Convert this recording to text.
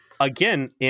Again